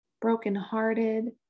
brokenhearted